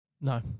No